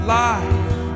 life